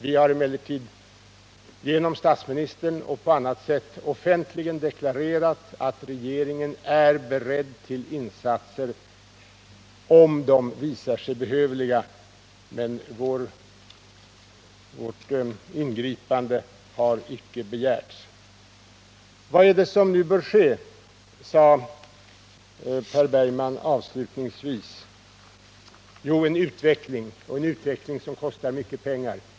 Vi har emellertid genom statsministern och på annat sätt offentligen deklarerat att regeringen är beredd till insatser, om sådana visar sig behövliga, men vårt ingripande har som sagt icke begärts. Vad är det som nu bör ske? Det frågade Per Bergman avslutningsvis. Jo, en utveckling — en utveckling som kostar mycket pengar.